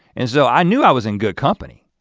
and so i knew i was in good company.